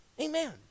Amen